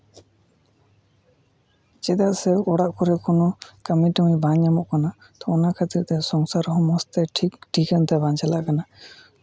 ᱪᱮᱫᱟᱜ ᱥᱮ ᱚᱲᱟᱜ ᱠᱚᱨᱮ ᱠᱳᱱᱳ ᱠᱟᱹᱢᱤᱼᱴᱟᱢᱤ ᱵᱟᱝ ᱧᱟᱢᱚᱜ ᱠᱟᱱᱟ ᱛᱚ ᱚᱱᱟ ᱠᱷᱟᱹᱛᱤᱨ ᱛᱮ ᱥᱚᱝᱥᱟᱨ ᱦᱚᱸ ᱢᱚᱡᱽ ᱛᱮ ᱴᱷᱤᱠᱼᱴᱷᱤᱠᱟᱹᱱ ᱛᱮ ᱵᱟᱝ ᱪᱟᱞᱟᱜ ᱠᱟᱱᱟ